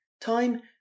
Time